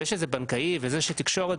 זה שזה בנקאי וזה שזה תקשורת,